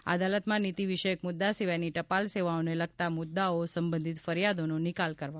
આ અદાલતમાં નીતિ વિષયક મુદ્દા સિવાયની ટપાલ સેવાઓને લગતા મુદ્દાઓ સંબંધિત ફરિયાદોનો નિકાલ કરવામાં આવશે